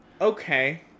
Okay